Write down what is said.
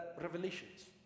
revelations